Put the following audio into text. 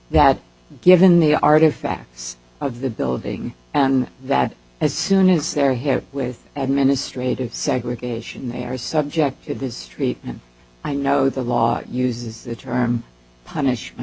that given the artifacts of the building and that as soon as they're here with administrative segregation they are subject to this street and i know the law uses the term punish